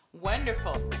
Wonderful